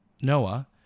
Noah